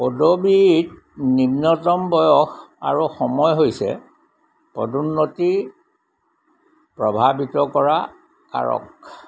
পদবীত নিম্নতম বয়স আৰু সময় হৈছে পদোন্নতি প্ৰভাৱিত কৰা কাৰক